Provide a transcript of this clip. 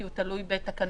כי הוא תלוי בתקנות,